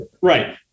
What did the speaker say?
right